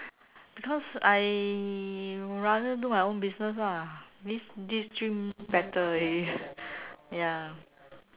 because I rather do my own business ah this this dream better already ya